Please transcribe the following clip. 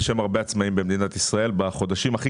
בשם הרבה עצמאים במדינת ישראל חודשים הכי